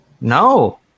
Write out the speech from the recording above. No